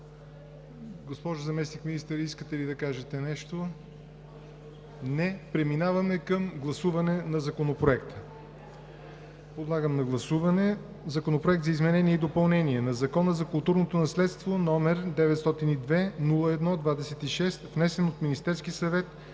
Госпожо Заместник-министър, искате ли да кажете нещо? Не. Преминаваме към гласуване на Законопроекта. Подлагам на гласуване Законопроект за изменение и допълнение на Закона за културното наследство, № 902-01-26, внесен от Министерския съвет